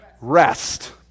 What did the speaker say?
Rest